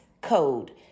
code